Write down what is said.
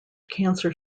cancer